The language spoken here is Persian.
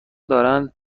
دارند